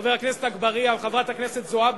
חבר הכנסת אגבאריה וחברת הכנסת זועבי,